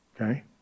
okay